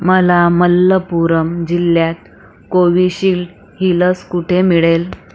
मला मल्लपुरम जिल्ह्यात कोविशिल्ड ही लस कुठे मिळेल